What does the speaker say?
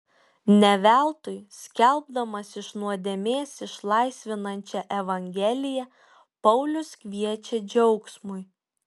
ne veltui skelbdamas iš nuodėmės išlaisvinančią evangeliją paulius kviečia džiaugsmui